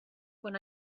when